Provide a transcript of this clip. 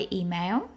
email